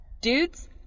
dudes